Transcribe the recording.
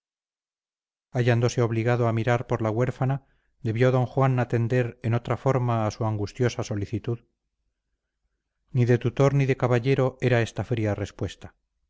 hallándose obligado a mirar por la huérfana debió d juan atender en otra forma a su angustiosa solicitud ni de tutor ni de caballero era esta fría respuesta